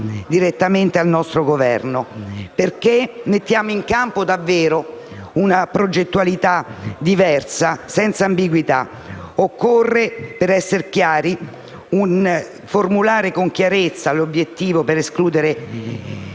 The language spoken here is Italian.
direttamente al nostro Governo perché si metta in campo davvero una progettualità diversa, senza ambiguità. Occorre, per essere chiari, formulare con nettezza l'obiettivo di escludere